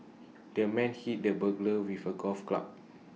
the man hit the burglar with A golf club